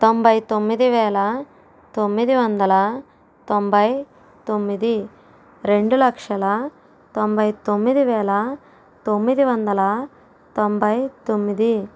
తొంభై తొమ్మిది వేల తొమ్మిది వందల తొంభై తొమ్మిది రెండు లక్షల తొంభై తొమ్మిది వేల తొమ్మిది వందల తొంభై తొమ్మిది